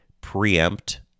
preempt